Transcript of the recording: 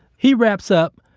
he wraps up,